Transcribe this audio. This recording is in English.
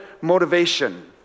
motivation